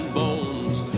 bones